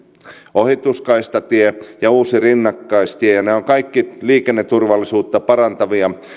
ohituskaistatie ja uusi rinnakkaistie ja nämä ovat kaikki liikenneturvallisuutta parantavia